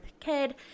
kid